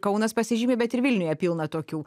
kaunas pasižymi bet ir vilniuje pilna tokių